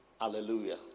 Hallelujah